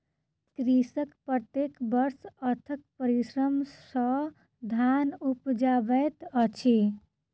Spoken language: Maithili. कृषक प्रत्येक वर्ष अथक परिश्रम सॅ धान उपजाबैत अछि